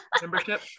membership